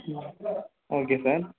ம் okay sir